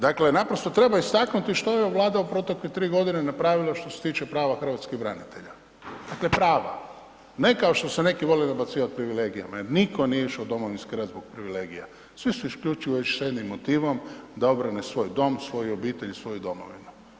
Dakle, naprosto treba istaknuti što je Vlada u protekle 3 godine napravila što se tiče prava hrvatskih branitelja, dakle prava, ne kao što se neki vole nabacivati privilegijama, jer nitko nije išao u Domovinski rat zbog privilegija, svi su isključivo išli s jednim motivom da obrane svoj dom, svoju obitelj i svoju domovinu.